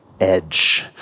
Edge